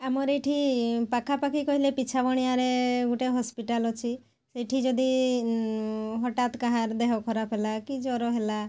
ଆମର ଏଠି ପାଖାପାଖି କହିଲେ ପିଛାବଣିଆରେ ଗୋଟେ ହସ୍ପିଟାଲ୍ ଅଛି ସେଠି ଯଦି ହଠାତ୍ କାହାର ଦେହ ଖରାପ ହେଲା କି ଜ୍ୱର ହେଲା